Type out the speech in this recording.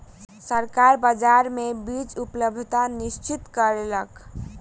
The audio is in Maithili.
सरकार बाजार मे बीज उपलब्धता निश्चित कयलक